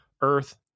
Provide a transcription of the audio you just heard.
earth